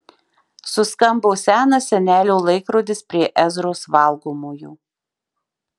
suskambo senas senelio laikrodis prie ezros valgomojo